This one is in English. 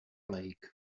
plague